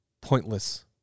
pointless